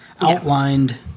outlined